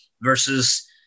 versus